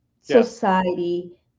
society